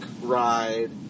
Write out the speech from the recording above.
Ride